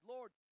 Lord